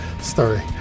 story